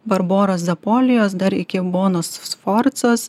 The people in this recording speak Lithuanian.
barboros zapolijos dar iki bonos sforzos